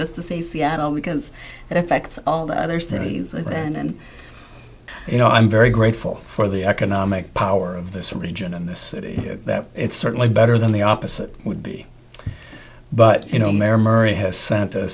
just to say seattle because it affects all the other cities and you know i'm very grateful for the economic power of this region in this city that it's certainly better than the opposite would be but you know mayor murray has sent a